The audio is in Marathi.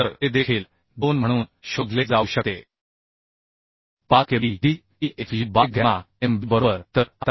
5 K B D T Fu by gamma m bम्हणून शोधले जाऊ शकते बरोबर तर आता KB